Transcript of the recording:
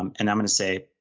um and i'm going to say,